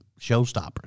showstoppers